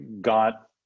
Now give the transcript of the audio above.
got